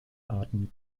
arten